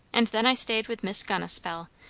and then i stayed with miss gunn a spell,